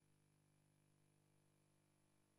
עברה בקריאה ראשונה,